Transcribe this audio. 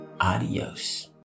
Adios